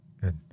good